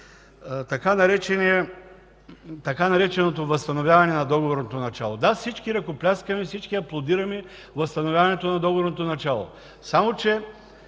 така нареченото „възстановяване на договорното начало”. Да, всички ръкопляскаме, всички аплодираме възстановяването на договорното начало, само че